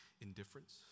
indifference